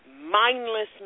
mindless